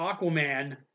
aquaman